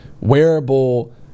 wearable